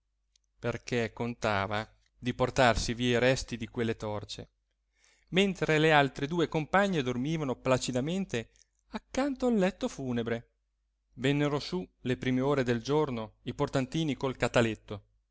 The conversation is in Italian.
perché contava di portarsi via i resti di quelle torce mentre le altre due compagne dormivano placidamente accanto al letto funebre vennero su le prime ore del giorno i portantini col cataletto